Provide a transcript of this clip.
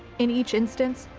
in each instance,